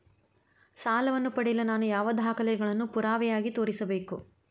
ಸಾಲವನ್ನು ಪಡೆಯಲು ನಾನು ಯಾವ ದಾಖಲೆಗಳನ್ನು ಪುರಾವೆಯಾಗಿ ತೋರಿಸಬೇಕು?